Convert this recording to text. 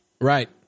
Right